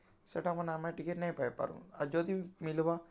ସେଟାମାନେ ଆମେ ଟିକେ ନାଇ ପାଇପାରୁଁ ଆଉ ଯଦି ବି ମିଲ୍ବା